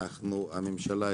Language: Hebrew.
הממשלה,